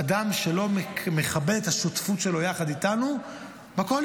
אדם שלא מכבד את השותפות שלו יחד איתנו בקואליציה,